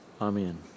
Amen